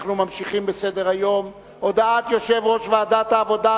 אנחנו ממשיכים בסדר-היום: הודעת יושב-ראש ועדת העבודה,